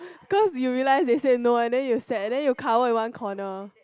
cause you realized they said no and then you sat and then you cover at one corner